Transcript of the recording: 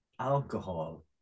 alcohol